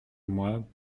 moi